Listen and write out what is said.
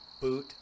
Boot